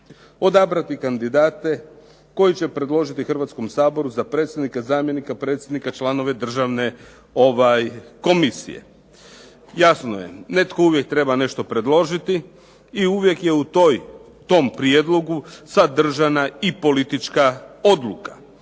odabrati kandidate koje će predložiti Hrvatskom saboru za predsjednika, zamjenika predsjednika, članove državne komisije.". Jasno je, netko uvijek treba nešto predložiti i uvijek je u tom prijedlogu sadržana i politička odluka.